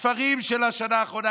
הספרים של השנה האחרונה.